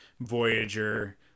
Voyager